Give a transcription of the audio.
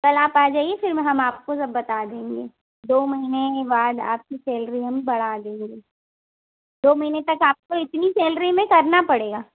कल आप आ जाइए फिर हम आपको सब बता देंगे दो महीने बाद आपकी सैलरी हम बढ़ा देंगे दो महीने तक आपको इतनी सैलरी में करना पड़ेगा